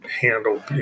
handle